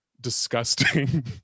disgusting